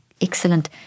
excellent